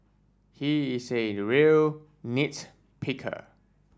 he is a real nit picker